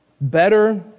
Better